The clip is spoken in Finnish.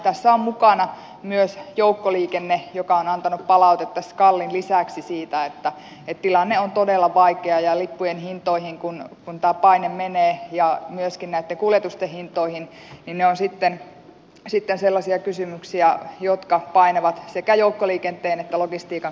tässä on mukana myös joukkoliikenne joka on antanut palautetta skalin lisäksi siitä että tilanne on todella vaikea ja kun tämä paine menee lippujen hintoihin ja myöskin näitten kuljetusten hintoihin niin ne ovat sitten sellaisia kysymyksiä jotka painavat sekä joukkoliikenteen että logistiikan